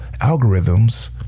algorithms